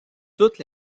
toutes